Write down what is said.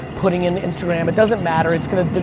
putting in instagram. it doesn't matter, it's going to,